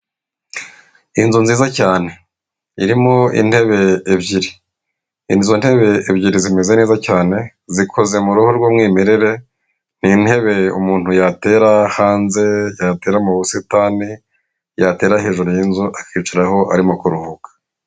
Inzu nziza cyane irimo intebe ebyiri, izo ntebe ebyiri zimeze neza cyane zikoze mu ruhu rw'umwimerere. Ni intebe umuntu yatera hanze, yatera mu busitani, yatera hejuru y'inzu akicaraho arimo kuruhuka.